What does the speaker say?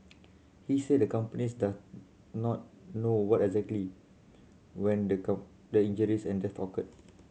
he said the companies does not know what exactly when the the injuries and death occurred